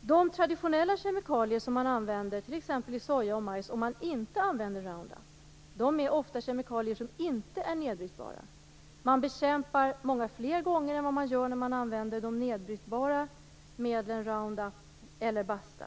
De traditionella kemikalier som används i t.ex. soja och majs - om man inte använder Roundup - är ofta kemikalier som inte är nedbrytbara. Man bekämpar mer än vad man gör när man använder de nedbrytbara medlen Roundup eller Basta.